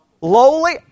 Lowly